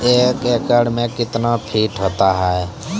एक एकड मे कितना फीट होता हैं?